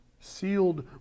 sealed